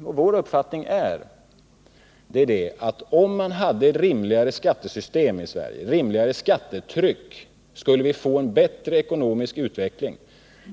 vår uppfattning är att om man hade ett rimligare skattesystem i Sverige, ett rimligare skattetryck, skulle vi få en bättre ekonomisk utveckling.